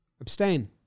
Abstain